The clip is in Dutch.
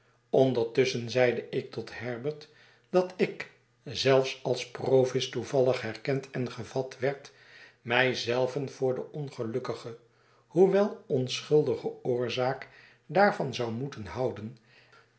ondertusschen zeide ik tot herbert dat ik zelfs als provis toevallig herkend en gevat werd mij zelven voor de ongelukkige hoewel onschuldige oorzaak daarvan zou moeten houden